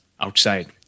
outside